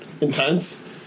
intense